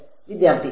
വിദ്യാർത്ഥി അതെ